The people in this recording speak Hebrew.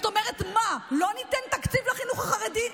זאת אומרת, מה, לא ניתן תקציב לחינוך החרדי?